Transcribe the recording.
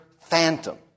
phantom